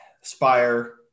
Spire